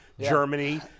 Germany